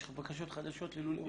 יש בקשות חדשות ללולים?